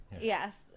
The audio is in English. yes